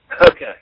Okay